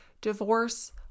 divorce